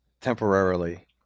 temporarily